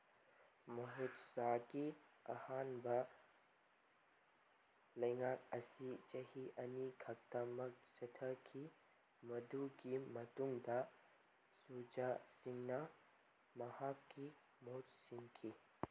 ꯃꯍꯨꯠꯁꯥꯒꯤ ꯑꯍꯥꯟꯕ ꯂꯩꯉꯥꯛ ꯑꯁꯤ ꯆꯍꯤ ꯑꯅꯤ ꯈꯛꯇꯃꯛ ꯆꯠꯊꯈꯤ ꯃꯗꯨꯒꯤ ꯃꯇꯨꯡꯗ ꯁꯨꯖꯥ ꯁꯤꯡꯅ ꯃꯍꯥꯛꯀꯤ ꯃꯍꯨꯠ ꯁꯤꯟꯈꯤ